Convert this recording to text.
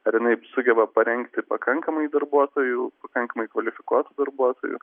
ar jinai sugeba parengti pakankamai darbuotojų pakankamai kvalifikuotų darbuotojų